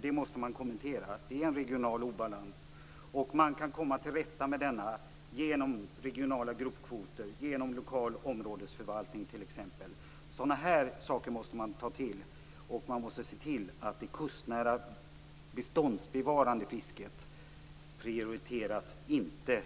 Det går att komma till rätta med detta med hjälp av regionala gruppkvoter och lokal områdesförvaltning. Sådana saker måste användas. Det kustnära beståndsbevarande fisket prioriteras - inte